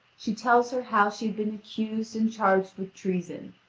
she tells her how she had been accused and charged with treason,